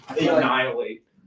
annihilate